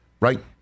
right